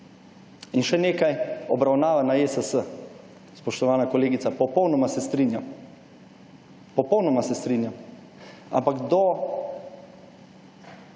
In še nekaj, obravnava na ESS, spoštovana kolegica, popolnoma se strinjam. Popolnoma